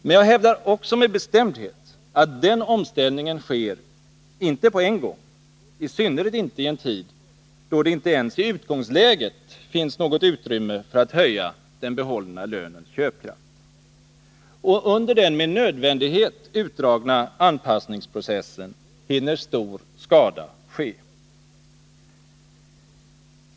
Men jag hävdar också med bestämdhet att den omställningen inte sker på en gång, i synnerhet inte i en tid, då det inte ens i utgångsläget finns något utrymme för att höja den behållna lönens köpkraft. Under den med nödvändighet utdragna anpassningsprocessen hinner stor skada ske.